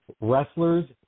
wrestlers